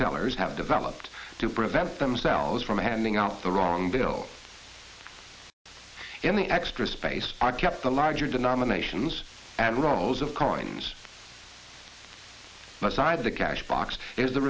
tellers have developed to prevent themselves from handing out the wrong bill in the extra space are kept the larger denominations and rows of carnes the side of the cash box is the